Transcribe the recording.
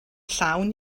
llawn